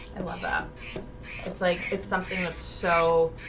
and love that it's like it's something and so